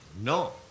No